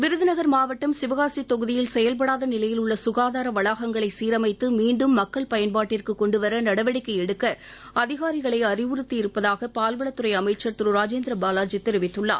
விருதுநகர் மாவட்டம் சிவகாசி தொகுதியில் செயல்படாத நிலையில் உள்ள சுகாதார வளாகங்களை சீரஎமத்து மீண்டும் மக்கள் பயன்பாட்டிற்கு கொண்டுவர நடவடிக்கை எடுக்க அதிகாரிகளை அறிவுறத்தி இருப்பதாக பால்வளத்துறை அமைச்சர் திரு கே டி ராஜேந்திர பாலாஜி தெரிவித்துள்ளார்